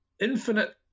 infinite